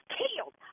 killed